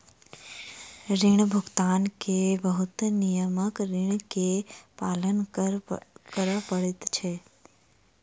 ऋण भुगतान के बहुत नियमक ऋणी के पालन कर पड़ैत छै